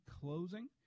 closing